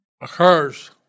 occurs